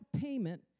payment